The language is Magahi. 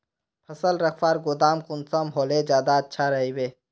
फसल रखवार गोदाम कुंसम होले ज्यादा अच्छा रहिबे?